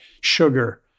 sugar